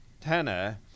Tanner